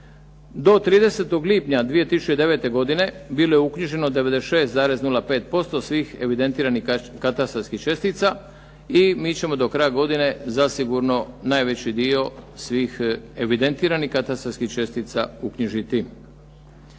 Do 30. lipnja 2009. godine bilo je uknjiženo 96,05% svih evidentiranih katastarskih čestica i mi ćemo do kraja godine zasigurno najveći dio svih evidentiranih katastarskih čestima uknjižiti.